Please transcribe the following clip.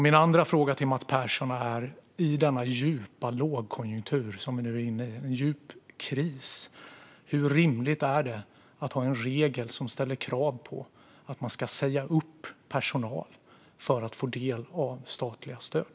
Min andra fråga till Mats Persson handlar om hur rimligt det är att i denna djupa lågkonjunktur, denna djupa kris som vi nu är inne i, ha en regel som ställer krav på att säga upp personal för att få del av statliga stöd.